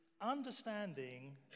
understanding